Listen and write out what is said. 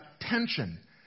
tension